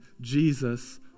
Jesus